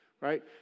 right